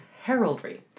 heraldry